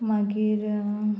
मागीर